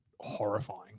horrifying